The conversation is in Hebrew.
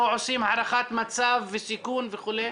לא עושים הערכת מצב וסיכון וכו'.